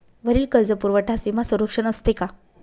वरील कर्जपुरवठ्यास विमा संरक्षण असते का?